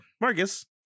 Marcus